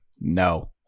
no